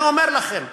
אני אומר לכם,